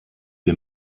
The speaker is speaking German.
wir